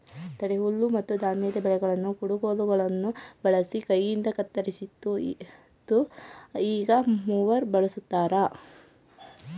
ಹುಲ್ಲುಮತ್ತುಧಾನ್ಯದ ಬೆಳೆಗಳನ್ನು ಕುಡಗೋಲುಗುಳ್ನ ಬಳಸಿ ಕೈಯಿಂದಕತ್ತರಿಸ್ತಿತ್ತು ಈಗ ಮೂವರ್ ಬಳಸ್ತಾರ